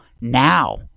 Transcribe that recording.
now